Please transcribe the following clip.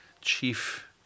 chief